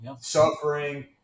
suffering